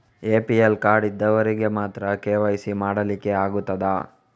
APL card ಇದ್ದವರಿಗೆ ಮಾತ್ರ KYC ಮಾಡಲಿಕ್ಕೆ ಆಗುತ್ತದಾ?